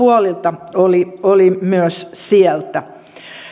puolilta oli oli myös sieltä